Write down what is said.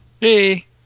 Hey